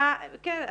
--- כן,